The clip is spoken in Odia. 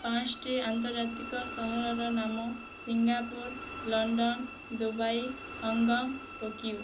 ପାଞ୍ଚଟି ଆନ୍ତର୍ଜାତିକ ସହରର ନାମ Singapore London Dubai Hong Kong Tokyo